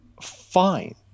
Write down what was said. fine